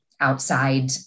outside